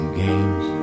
games